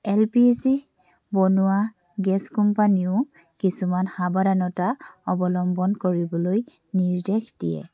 L P G বনোৱা gas কোম্পানীয়েও কিছুমান সাৱধানতা অৱলম্বন কৰিবলৈ নিৰ্দেশ দিয়ে